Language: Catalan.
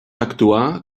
actuar